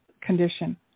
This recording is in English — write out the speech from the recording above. condition